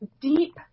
deep